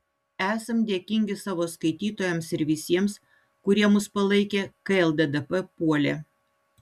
esam dėkingi savo skaitytojams ir visiems kurie mus palaikė kai lddp puolė